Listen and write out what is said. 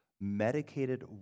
medicated